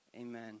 Amen